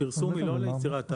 הפרסום הוא לא ליצירת העבירה.